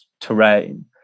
terrain